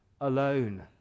alone